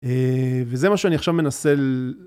וזה מה שאני עכשיו מנסה ל...